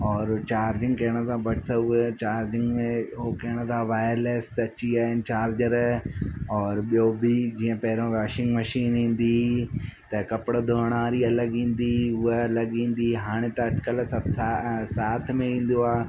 औरि चार्जिंग करण सां बड्स उए चार्जिंग में हो करण सां वायरलेस अची या इन चार्जर और ॿियो बि जीअं पहिरियों वॉशिंग मशीन ईंदी हुई त कपिड़ा धुअण वारी अलॻि ईंदी हुई उहा अलॻि ईंदी हुई हाणे त अॼुकल्ह सभ सा साथ में ईंदो आहे